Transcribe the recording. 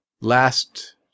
last